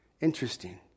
interesting